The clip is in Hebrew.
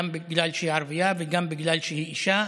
גם בגלל שהיא ערבייה וגם בגלל שהיא אישה.